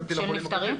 של נפטרים?